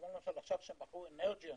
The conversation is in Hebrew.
כמו למשל עכשיו שמכרו לאנרג'יון